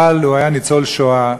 אבל הוא היה ניצול השואה,